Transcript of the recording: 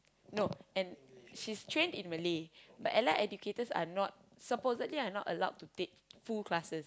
no and she's trained in Malay but Allied-Educators are not supposedly are not allowed to take full classes